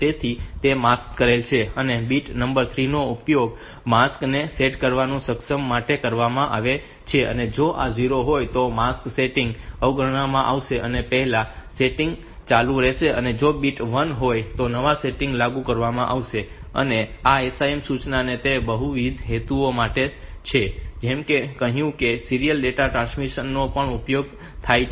તેથી તે માસ્ક કરેલ છે અને બીટ નંબર 3 નો ઉપયોગ માસ્ક ને સેટ કરવાનું સક્ષમ કરવા માટે કરવામાં આવે છે અને જો આ 0 હોય તો માસ્ક સેટિંગ અવગણવામાં આવશે અને પહેલાના સેટિંગ્સ ચાલુ રહેશે અને જો બીટ 1 હશે તો નવા સેટિંગ લાગુ કરવામાં આવશે અને આ SIM સૂચના તે બહુવિધ હેતુઓ માટે છે જેમ મેં કહ્યું છે કે સીરીયલ ડેટા ટ્રાન્સમિશન નો પણ અહીં ઉપયોગ થાય છે